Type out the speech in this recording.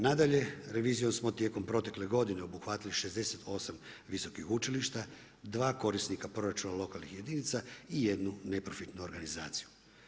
Nadalje, revizijom smo tijekom protekle godine obuhvatili 68 visokih učilišta, 2 korisnika proračuna lokalnih jedinica i jednu neprofitnu organizaciju.